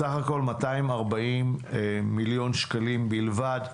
בסך הכול 240 מיליון שקלים בלבד.